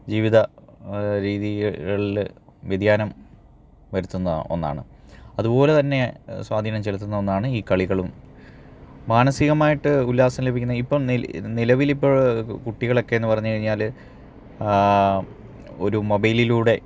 ജീവിത രീതികളില് വ്യതിയാനം വരുത്തുന്ന ഒന്നാണ് അതുപൊലെതന്നെ സ്വാധീനം ചെലുത്തുന്ന ഒന്നാണ് ഈ കളികളും മാനസികമായിട്ട് ഉല്ലാസം ലഭിക്കുന്ന ഇപ്പോള് നിലവിലിപ്പോള് കുട്ടികളൊക്കെ എന്ന് പറഞ്ഞുകഴിഞ്ഞാല് ഒരു മൊബൈലിലൂടെ